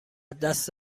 دست